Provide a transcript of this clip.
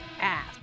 app